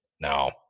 now